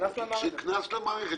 קנס למערכת.